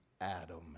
Adam